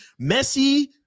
Messi